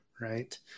right